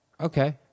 Okay